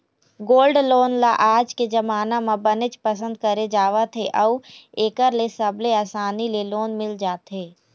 gold loan ल आज के जमाना म बनेच पसंद करे जावत हे अउ एखर ले सबले असानी ले लोन मिल जाथे